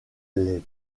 les